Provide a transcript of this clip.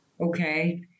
Okay